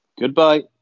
goodbye